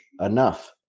enough